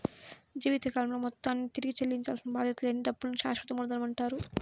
జీవితకాలంలో మొత్తాన్ని తిరిగి చెల్లించాల్సిన బాధ్యత లేని డబ్బుల్ని శాశ్వత మూలధనమంటారు